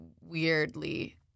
weirdly